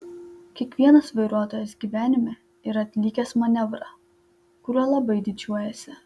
kiekvienas vairuotojas gyvenime yra atlikęs manevrą kuriuo labai didžiuojasi